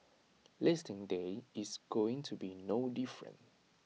listing day is going to be no different